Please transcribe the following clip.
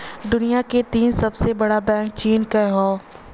दुनिया के तीन सबसे बड़ा बैंक चीन क हौ